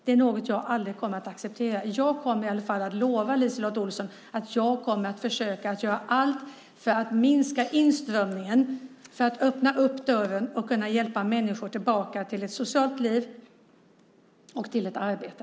Det är något som jag aldrig kommer att acceptera. Jag kommer i alla fall - det lovar jag, LiseLotte Olsson - att försöka att göra allt för att minska inströmningen och för att öppna dörren och hjälpa människor tillbaka till ett socialt liv och till ett arbete.